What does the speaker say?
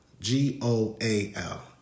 G-O-A-L